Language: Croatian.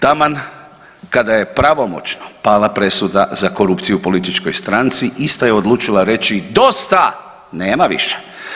Taman kada je pravomoćno pala presuda za korupciju političkoj stranci ista je odlučila reći dosta, nema više.